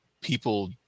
people